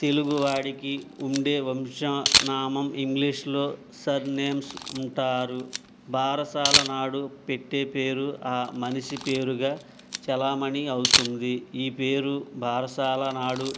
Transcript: తెలుగు వాడికి ఉండే వంశ నామం ఇంగ్లీషులో సర్నేమ్స్ అంటారు బారసాల నాడు పెట్టే పేరు మనిషి పేరుగా చలామణి అవుతుంది ఈ పేరు బారసాల నాడు